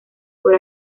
por